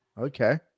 Okay